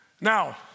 Now